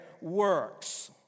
works